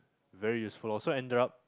very useful ah so ended up